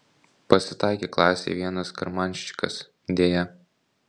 pasitaikė klasėj vienas karmanščikas deja